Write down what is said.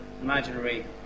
imaginary